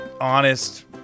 honest